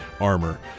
armor